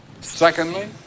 secondly